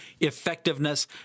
effectiveness